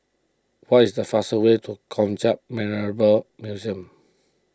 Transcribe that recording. what is the fastest way to Kong Hiap Memorial Museum